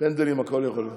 בפנדלים הכול יכול להיות.